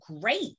great